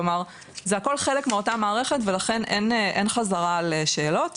זה הכל חלק מהמערכת ולכן אין חזרה על שאלות.